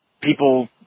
people